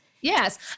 Yes